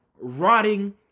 rotting